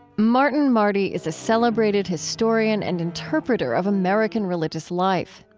martin marty is a celebrated historian and interpreter of american religious life.